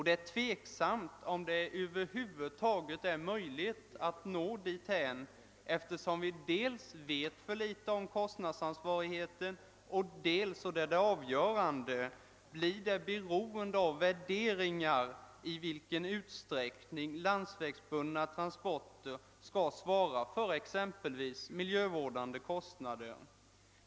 Det är tvivelaktigt om det över huvud taget är möjligt att nå dithän, ty dels vet vi för litet om kostnadsansvarigheten, dels — och det är det avgörande — blir det beroende av värderingar i vilken utsträckning landsvägsbundna iransporter skall svara för exempelvis miljövårdskostnader.